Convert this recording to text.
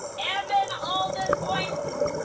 evan alden boynton